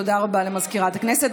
תודה רבה למזכירת הכנסת.